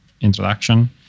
introduction